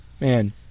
Man